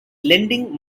lending